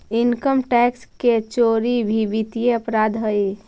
income tax के चोरी भी वित्तीय अपराध हइ